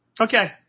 Okay